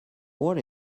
what